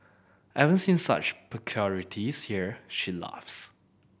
I haven't seen such peculiarities here she laughs